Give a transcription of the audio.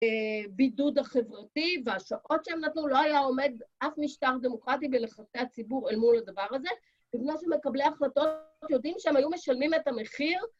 בידוד החברתי, והשעות שהם נתנו לא היה עומד אף משטר דמוקרטי בלחצי הציבור אל מול הדבר הזה, וכמו שמקבלי ההחלטות יודעים שהם היו משלמים את המחיר.